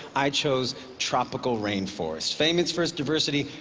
i chose tropical rainforest. famous for its diversity,